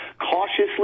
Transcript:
cautiously